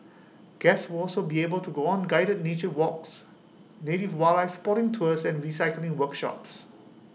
guests will also be able to go on guided nature walks native wildlife spotting tours and recycling workshops